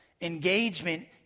engagement